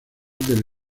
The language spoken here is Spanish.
del